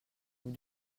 vous